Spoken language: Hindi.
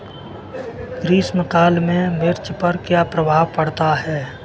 ग्रीष्म काल में मिर्च पर क्या प्रभाव पड़ता है?